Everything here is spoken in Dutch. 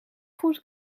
goed